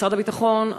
משרד הביטחון,